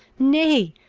nay,